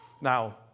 Now